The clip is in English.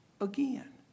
again